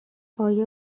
آیا